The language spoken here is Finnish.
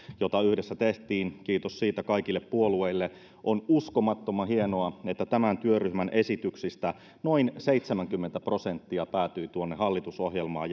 jota yhdessä tehtiin kiitos siitä kaikille puolueille on uskomattoman hienoa että tämän työryhmän esityksistä noin seitsemänkymmentä prosenttia päätyi tuonne hallitusohjelmaan